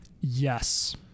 Yes